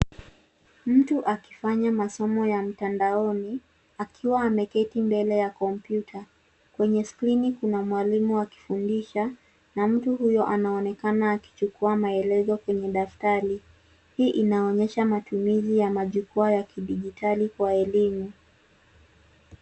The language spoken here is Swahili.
Mtu akifanya masomo ya mtandaoni akiwa ameketi mbele ya kompyuta. Kwenye skrini kuna mwalimu akifundisha na mtu huyo anaonekana akichukua maelezo kwenye daftari. Hii inaonyesha matumizi ya majukwaa ya kidijitali kwa elimu.